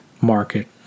market